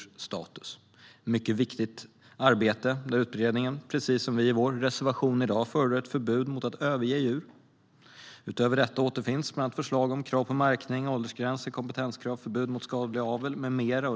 Det är ett mycket viktigt arbete där utredningen, precis som vi i vår reservation, förordar ett förbud mot att överge djur. Utöver detta återfinns förslag bland annat om krav på märkning, åldersgränser, kompetens, förbud mot skadlig avel med mera.